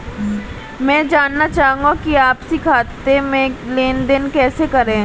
मैं जानना चाहूँगा कि आपसी खाते में लेनदेन कैसे करें?